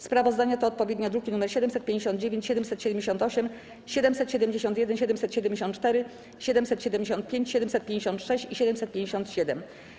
Sprawozdania to odpowiednio druki nr 759, 778, 771, 774, 775, 756 i 757.